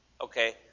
Okay